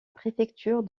préfecture